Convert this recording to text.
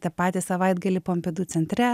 tą patį savaitgalį pompidu centre